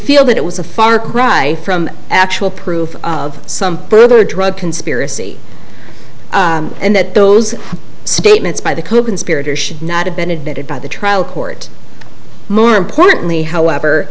feel that it was a far cry from actual proof of some other drug conspiracy and that those statements by the coconspirator should not have been admitted by the trial court more importantly however